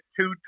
two